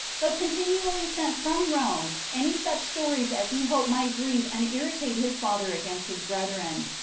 but continually sent from rome any such stories as he hoped might grieve and irritate his father against his brethren,